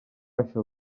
baixa